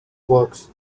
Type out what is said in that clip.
works